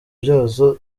byazo